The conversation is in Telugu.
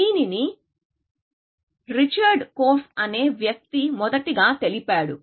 దీనిని రిచర్డ్ కోర్ఫ్ అనే వ్యక్తి మొదట గా తెలిపాడు